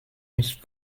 mich